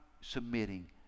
submitting